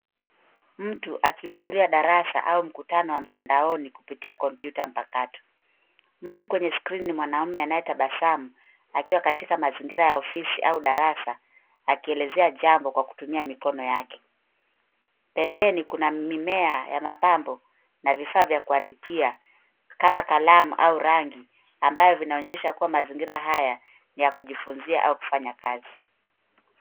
Mtu akihudhuria darasa au mkutano wa mtandaoni kupitia kompyuta mpakato. Mtu kwenye skrini ni mwanaume anayetabasamu akiwa katika mazingira ya ofisi au darasa akielezea jambo kwa kutumia mikono yake. Pembeni kuna mimea ya mapambo na vifaa vya kuandikia kama kalamu au rangi ambayo vinaonyesha kuwa mazingira haya ni ya kujifunzia au kufanya kazi.